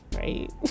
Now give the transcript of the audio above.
right